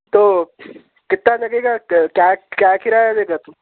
تو کتا لگے گا کیا کیا کرایہ لے گا تو